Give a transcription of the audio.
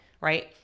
right